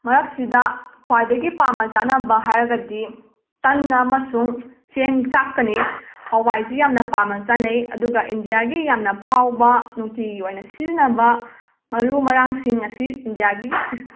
ꯃꯔꯛꯁꯤꯗ ꯈ꯭ꯋꯥꯏꯗꯒꯤ ꯄꯥꯝꯅ ꯆꯥꯅꯕ ꯍꯥꯏꯔꯒꯗꯤ ꯇꯟ ꯑꯃꯁꯨꯡ ꯆꯦꯡ ꯆꯥꯛꯀꯅꯤ ꯍꯋꯥꯏꯁꯨ ꯌꯥꯝꯅ ꯄꯥꯝꯅ ꯆꯥꯅꯩ ꯑꯗꯨꯒ ꯏꯟꯗ꯭ꯌꯥꯒꯤ ꯌꯥꯝꯅ ꯐꯥꯎꯕ ꯅꯨꯡꯇꯤꯒꯤ ꯑꯣꯏꯅ ꯁꯤꯖꯤꯟꯅꯕ ꯃꯔꯨ ꯃꯔꯥꯡꯁꯤꯡ ꯑꯁꯤ ꯏꯟꯗ꯭ꯌꯥꯒꯤ